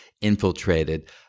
infiltrated